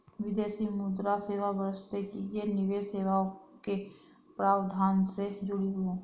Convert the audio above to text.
विदेशी मुद्रा सेवा बशर्ते कि ये निवेश सेवाओं के प्रावधान से जुड़ी हों